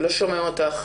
דווקא מכירות את זה.